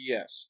Yes